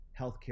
healthcare